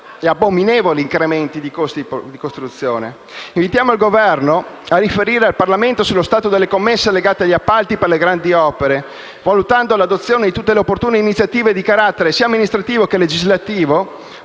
e abominevoli incrementi dei costi di costruzione. Invitiamo l'Esecutivo anche a riferire al Parlamento sullo stato delle commesse legate agli appalti per le grandi opere, valutando l'adozione di tutte le opportune iniziative di carattere sia amministrativo sia legislativo